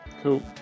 Cool